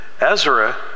Ezra